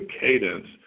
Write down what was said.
cadence